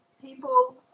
people